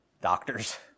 Doctors